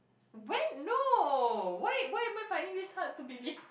when no wait wait why am I finding this hard to believe